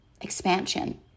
expansion